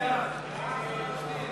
קבוצת סיעת יהדות התורה,